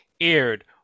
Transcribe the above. aired